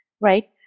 right